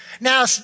Now